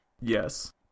Yes